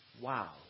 Wow